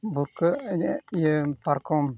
ᱵᱷᱩᱨᱠᱟᱹᱜ ᱤᱭᱟᱹ ᱯᱟᱨᱠᱚᱢ